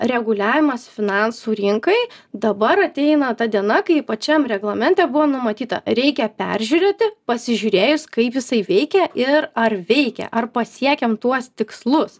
reguliavimas finansų rinkai dabar ateina ta diena kai pačiam reglamente buvo numatyta reikia peržiūrėti pasižiūrėjus kaip jisai veikia ir ar veikia ar pasiekiam tuos tikslus